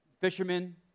fishermen